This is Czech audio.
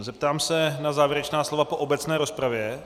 Zeptám se na závěrečná slova po obecné rozpravě.